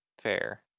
Fair